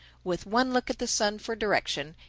with one look at the sun for direction,